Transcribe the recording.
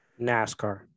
NASCAR